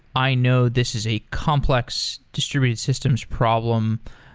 i know this is a complex distributed systems problem.